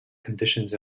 conditions